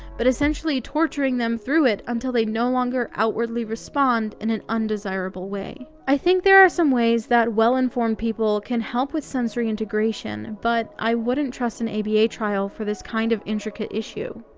but essentially torturing them through it until they no longer outwardly respond in an undesirable way. i think there are some ways that well-informed people can help with sensory integration but i wouldn't trust an aba trial for this kind of intricate issue.